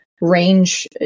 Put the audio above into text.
range